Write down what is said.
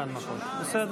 הצעת